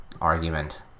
argument